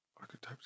archetypes